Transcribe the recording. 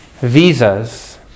Visas